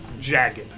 jagged